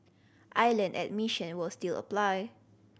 island admission will still apply